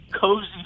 cozy